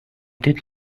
did